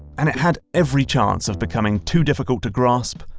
and it had every chance of becoming too difficult to grasp,